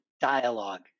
dialogue